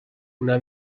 una